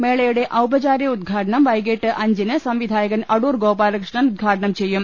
മേളയുടെ ഔപചാരിക ഉദ്ഘാടനം വൈകീട്ട് അഞ്ചിന് സംവിധായകൻ അടൂർഗോപാലകൃഷ്ണൻ ഉദ്ഘാടനം ചെയ്യും